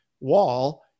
wall